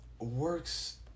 works